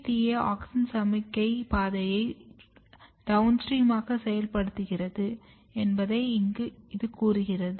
GATA ஆக்ஸின் சமிக்ஞை பாதையை டௌன்ஸ்ட்ரீமாக செயல்படுத்துகிறது என்பதை இது கூறுகிறது